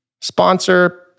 sponsor